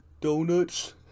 donuts